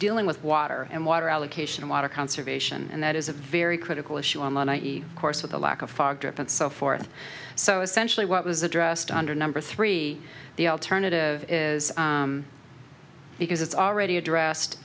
dealing with water and water allocation water conservation and that is a very critical issue on the course with the lack of fog drip and so forth so essentially what was addressed under number three the alternative is because it's already addressed